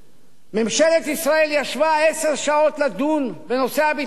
ממשלת ישראל ישבה עשר שעות לדון בנושא הביטחון,